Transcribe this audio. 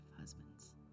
husbands